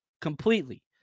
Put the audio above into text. completely